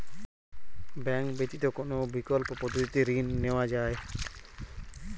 Bank ব্যতিত কোন বিকল্প পদ্ধতিতে ঋণ নেওয়া যায়?